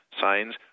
Signs